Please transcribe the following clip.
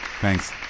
Thanks